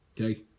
Okay